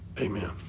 Amen